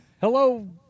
hello